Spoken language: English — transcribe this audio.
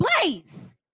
place